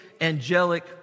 angelic